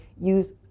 use